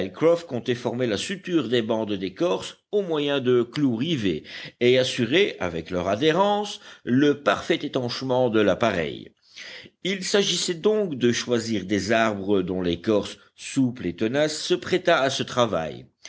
comptait former la suture des bandes d'écorce au moyen de clous rivés et assurer avec leur adhérence le parfait étanchement de l'appareil il s'agissait donc de choisir des arbres dont l'écorce souple et tenace se prêtât à ce travail